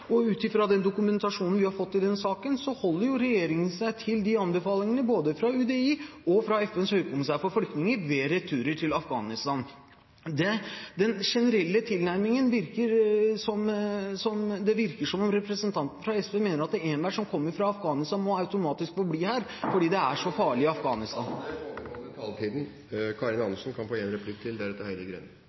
Og ut fra den dokumentasjonen vi har fått i denne saken, holder regjeringen seg til disse anbefalingene, både fra UDI og fra FNs høykommissær for flyktninger, ved returer til Afghanistan. Den generelle tilnærmingen, virker det som, er at representanten fra SV mener at enhver som kommer fra Afghanistan , automatisk må få bli her fordi det er så farlig i Afghanistan.